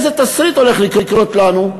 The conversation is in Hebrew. איזה תסריט הולך לקרות לנו?